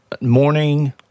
Morning